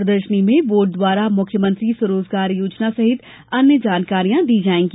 प्रदर्शनी में बोर्ड द्वारा मुख्यमंत्री स्वरोजगार योजना सहित अन्य जानकारियां दी जायेगी